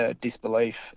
disbelief